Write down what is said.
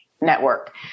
network